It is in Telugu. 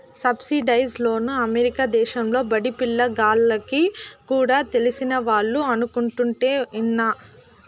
సబ్సిడైజ్డ్ లోన్లు అమెరికా దేశంలో బడిపిల్ల గాల్లకి కూడా తెలిసినవాళ్లు అనుకుంటుంటే ఇన్నా